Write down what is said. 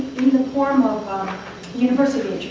in the form of university